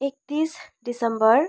एकतिस डिसेम्बर